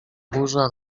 burza